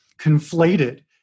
conflated